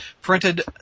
printed